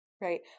right